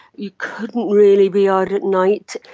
you couldn't really be out at night,